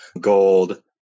gold